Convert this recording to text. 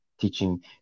teaching